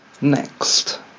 Next